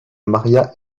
maria